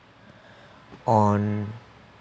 on